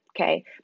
Okay